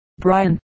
Brian